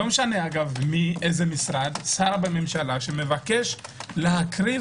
לא משנה מאיזה משרד שר בממשלה שמבקש להקריב